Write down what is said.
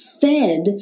fed